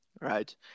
right